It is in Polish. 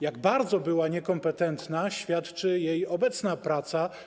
Jak bardzo była niekompetentna, świadczy jej obecna praca.